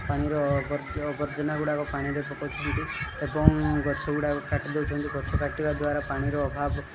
ପାଣିର ଆବର୍ଜନା ଗୁଡ଼ିକ ପାଣିରେ ପକାଉଛନ୍ତି ଏବଂ ଗଛଗୁଡ଼ାକୁ କାଟି ଦେଉଛନ୍ତି ଗଛ କାଟିବା ଦ୍ୱାରା ପାଣିର ଅଭାବ